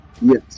Yes